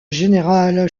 général